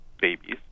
babies